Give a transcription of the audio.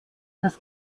das